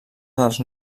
dels